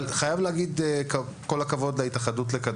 אבל אני חייב להגיד כל הכבוד להתאחדות לכדורגל